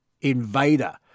invader